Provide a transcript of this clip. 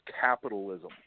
capitalism